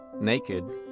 naked